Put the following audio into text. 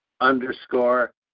underscore